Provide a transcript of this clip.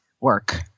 work